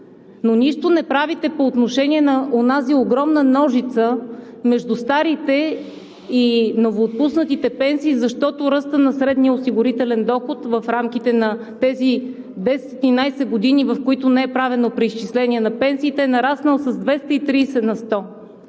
но нищо не правите по отношение на онази огромна ножица между старите и новоотпуснатите пенсии, защото ръстът на средния осигурителен доход в рамките на тези 10 – 11 години, в които не е правено преизчисление на пенсиите, е нараснал с 230 на сто.